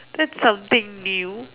that's something new